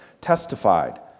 testified